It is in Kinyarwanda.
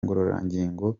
ngororangingo